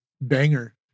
Banger